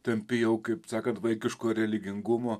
tampi jau kaip sakant vaikiško religingumo